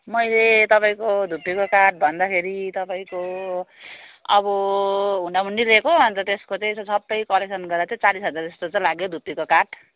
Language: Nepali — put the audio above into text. मैले तपाईँको धुपीको काठ भन्दाखेरि तपाईँको अब हुन्डा हुन्डी लिएको अन्त त्यसको चाहिँ सबै कलेक्सन गर्दा चाहिँ चालिस हजार जस्तो चाहिँ लाग्यो धुपीको काठ